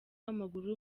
w’amaguru